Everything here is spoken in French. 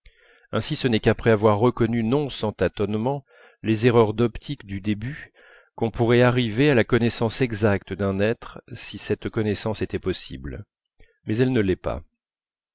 ainsi ce n'est qu'après avoir reconnu non sans tâtonnements les erreurs d'optique du début qu'on pourrait arriver à la connaissance exacte d'un être si cette connaissance était possible mais elle ne l'est pas